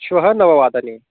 श्वः नववादने